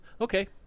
Okay